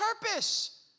purpose